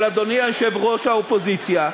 אבל, אדוני יושב-ראש האופוזיציה,